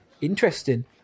Interesting